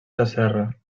sasserra